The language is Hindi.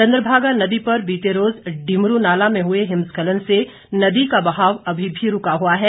चंद्रभागा नदी पर बीते रोज़ डिमरू नाला में हुए हिमस्खलन से नदी का बहाव अभी भी रूका हुआ है